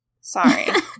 Sorry